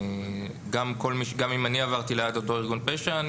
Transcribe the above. וגם אם אני עברתי ליד אותו ארגון פשע,